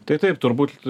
tai taip turbūt